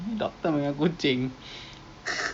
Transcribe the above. uh maybe we should help lah we should help please tell